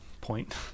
point